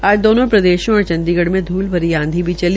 आज दोनों प्रदेशों और चंडीग में धूल भरी आंधी भी चली